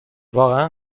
واقعا